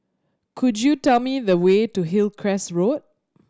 could you tell me the way to Hillcrest Road